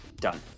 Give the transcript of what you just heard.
done